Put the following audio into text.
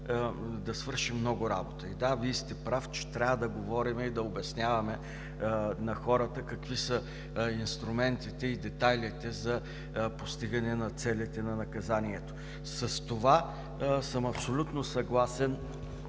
да свършим много работа. Да, Вие сте прав, че трябва да говорим и да обясняваме на хората какви са инструментите и детайлите за постигане на целите на наказанието. Абсолютно съм съгласен